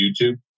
YouTube